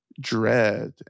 dread